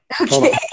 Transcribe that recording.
Okay